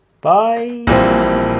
bye